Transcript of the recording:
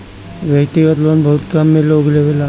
व्यक्तिगत लोन बहुत कमे लोग लेवेला